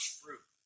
fruit